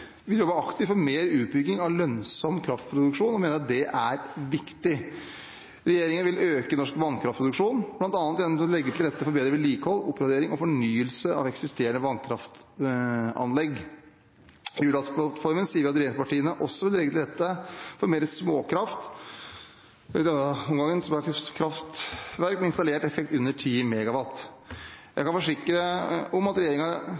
aktivt for mer utbygging av lønnsom kraftproduksjon. Vi mener at det er viktig. Regjeringen vil øke norsk vannkraftproduksjon, bl.a. gjennom å legge til rette for bedre vedlikehold, oppgradering og fornyelse av eksisterende vannkraftanlegg. I Hurdalsplattformen sier vi at regjeringspartiene også vil legge til rette for mer småkraft, og i denne omgangen kraftverk med installert effekt under 10 MW. Jeg kan forsikre om at